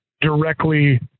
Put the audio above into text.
directly